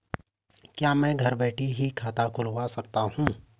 क्या मैं घर बैठे ही खाता खुलवा सकता हूँ?